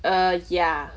err ya